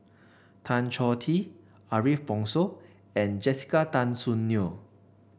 Tan Choh Tee Ariff Bongso and Jessica Tan Soon Neo